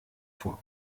vor